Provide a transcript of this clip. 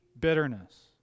bitterness